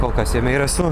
kol kas jame ir esu